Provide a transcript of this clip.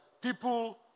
people